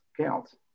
counts